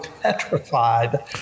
petrified